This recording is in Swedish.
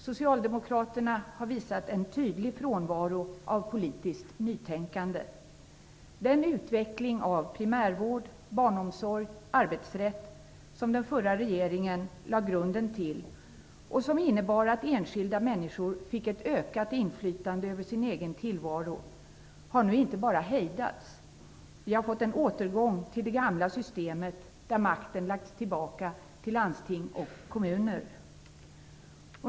Socialdemokraterna har visat en tydlig frånvaro av politiskt nytänkande. Den utveckling av primärvård, barnomsorg och arbetsrätt som den förra regeringen lade grunden till och som innebar att enskilda människor fick ett ökat inflytande över sin egen tillvaro har nu inte bara hejdats. Vi har fått en återgång till det gamla systemen där makten lagts tillbaka till landsting och kommuner.